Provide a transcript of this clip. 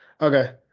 okay